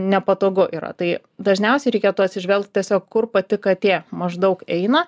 nepatogu yra tai dažniausiai reikėtų atsižvelgt tiesiog kur pati katė maždaug eina